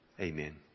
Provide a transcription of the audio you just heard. Amen